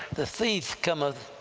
the thief cometh